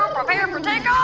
um prepare for takeoff,